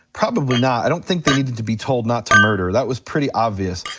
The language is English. probably not, i don't think they needed to be told not to murder, that was pretty obvious.